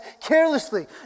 carelessly